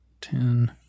ten